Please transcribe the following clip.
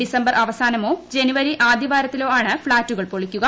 December അവസാനമോ ജനുവരി ആദ്യവാരത്തിലോ ആണ് ഫ്ളാറ്റുകൾ പൊളിക്കുക